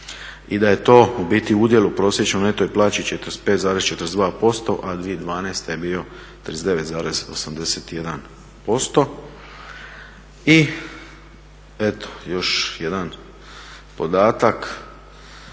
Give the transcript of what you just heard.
i da je to u biti udjel u prosječnoj neto plaći 45,42% a 2012. je bio 39,81%. I eto još jedan podatak,